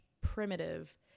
primitive